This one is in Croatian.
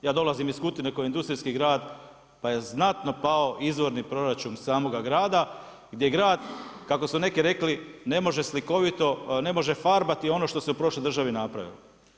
Ja dolazim iz Kutine koji je industrijski grad, pa je znatno pao izvorni proračun samoga grada gdje grad kako su neki rekli ne može slikovito, ne može farbati ono što se u prošloj državi napravilo.